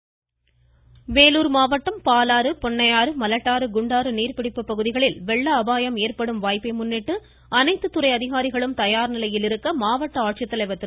வேலார் வெள்ளம் வேலூர் மாவட்டம் பாலாறு பொன்னையாறு மலட்டாறு குண்டாறு நீர்பிடிப்பு பகுதிகளில் வெள்ள அபாயம் ஏற்படும் வாய்ப்பை முன்னிட்டு அனைத்து துறை அதிகாரிகளும் தயார் நிலையில் இருக்க மாவட்ட ஆட்சித்தலைவர் திரு